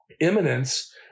imminence